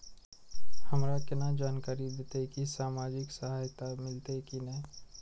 हमरा केना जानकारी देते की सामाजिक सहायता मिलते की ने?